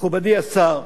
מכובדי השר,